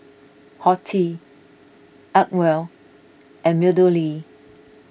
Horti Acwell and MeadowLea